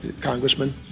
Congressman